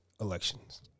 elections